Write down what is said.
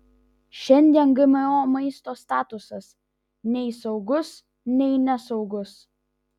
šiandien gmo maisto statusas nei saugus nei nesaugus